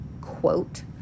quote